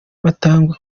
butangwa